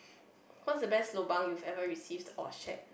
what is the best lobang you've ever received or shared